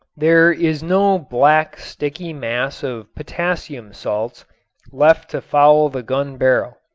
there is no black sticky mass of potassium salts left to foul the gun barrel.